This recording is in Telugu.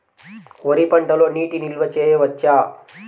వరి పంటలో నీటి నిల్వ చేయవచ్చా?